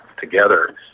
together